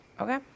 Okay